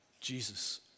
Jesus